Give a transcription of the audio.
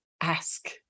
ask